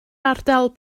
ardal